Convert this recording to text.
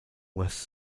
west